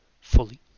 fully